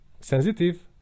sensitive